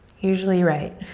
usually right.